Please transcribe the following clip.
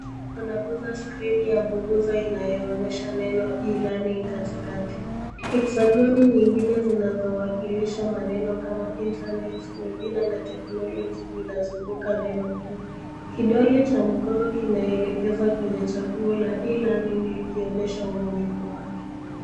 Anaguza skrini ya kuguza inayoonyesha neno e-learning katikati. Hexagoni nyingine zinazowakilisha maneno kama internet ingine technology zinazunguka neno kuu. Kidole cha mkono kinaelekeza kwenye chagua la e-learning likionyesha umuhimu wake.